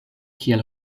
kiel